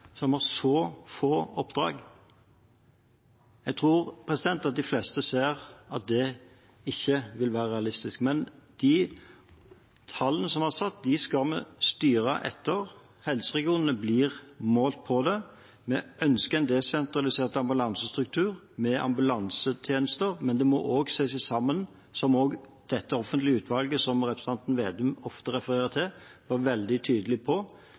få oppdrag? Jeg tror de fleste ser at det ikke vil være realistisk. Men de tallene som vi har satt, skal vi styre etter. Helseregionene blir målt på det. Vi ønsker en desentralisert ambulansestruktur med ambulansetjenester, men som det offentlige utvalget som representanten Slagsvold Vedum ofte refererer til, var veldig tydelig på: